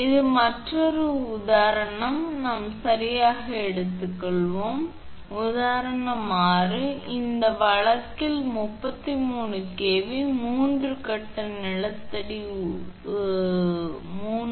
எனவே அடுத்தது இந்த மற்றொரு உதாரணம் நாம் சரியாக எடுத்துக்கொள்வோம் எனவே உதாரணம் 6 இந்த வழக்கில் 33 கேவி 3 கட்ட நிலத்தடி ஊட்டி 3